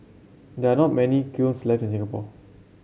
there are not many kilns left in Singapore